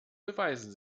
beweisen